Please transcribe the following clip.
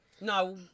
No